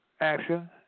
action